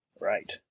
Right